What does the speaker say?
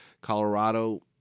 Colorado